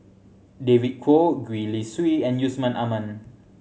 David Kwo Gwee Li Sui and Yusman Aman